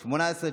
18,